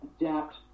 adapt